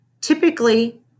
Typically